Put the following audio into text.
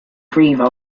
grieve